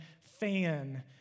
fan